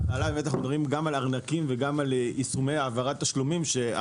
אנחנו מדברים על ארנקים וגם על יישומי העברת תשלומים כאשר